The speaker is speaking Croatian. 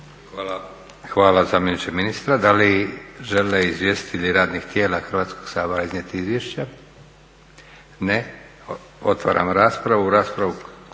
Hvala zamjeniče ministra. Da li žele izvjestitelji radnih tijela Hrvatskog sabora iznijeti izvješće? Ne. Otvaram raspravu.